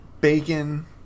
Bacon